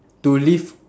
to live